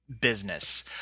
business